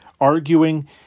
arguing